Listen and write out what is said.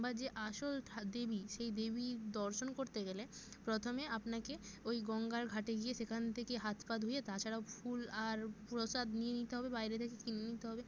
বা যে আসল ধা দেবী সেই দেবীর দর্শন করতে গেলে প্রথমে আপনাকে ওই গঙ্গার ঘাটে গিয়ে সেখান থেকে হাত পা ধুয়ে তাছাড়াও ফুল আর প্রসাদ নিয়ে নিতে হবে বাইরে থেকে কিনে নিতে হবে